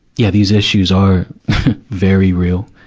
yeah, these issues are very real.